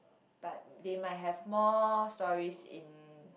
but they might have more stories in